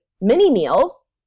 mini-meals